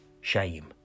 shame